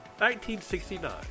1969